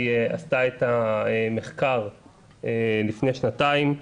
היא עשתה את המחקר לפני שנתיים,